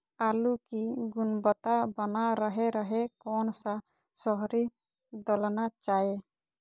आलू की गुनबता बना रहे रहे कौन सा शहरी दलना चाये?